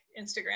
instagram